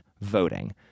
voting